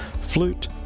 Flute